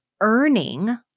earning